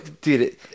dude